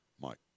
Mike